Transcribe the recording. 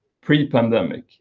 pre-pandemic